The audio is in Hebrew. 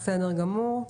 בסדר גמור.